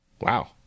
Wow